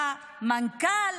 והמנכ"ל